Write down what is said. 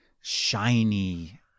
shiny